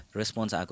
response